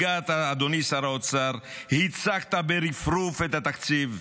הגעת, אדוני שר האוצר, הצגת ברפרוף את התקציב,